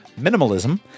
minimalism